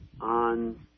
on